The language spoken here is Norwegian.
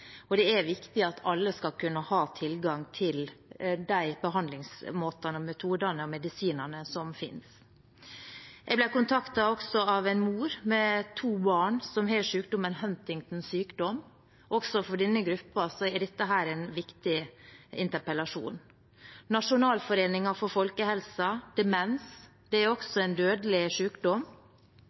Det er viktig at alle skal kunne ha tilgang til de behandlingsmåtene, -metodene og medisinene som finnes. Jeg ble også kontaktet av en mor med to barn som har sykdommen Huntingtons sykdom, også for denne gruppen er dette en viktig interpellasjon, og av Nasjonalforeningen for folkehelsen, om demens. Det er også en dødelig